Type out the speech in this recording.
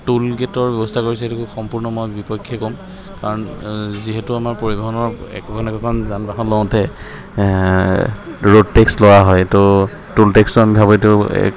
টোল গে'টৰ ব্যৱস্থা কৰিছে সেইটো সম্পূৰ্ণ মই বিপক্ষে ক'ম কাৰণ যিহেতু আমাৰ পৰিবহণৰ একোখন একোখন যান বাহন লওঁতে ৰ'ড টেক্স লোৱা হয় তো টোল টেক্সটো আমি ভাবো এইটো এক